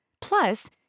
Plus